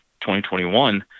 2021